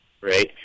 right